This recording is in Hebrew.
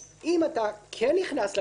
אם אתה כן נכנס להגדרות,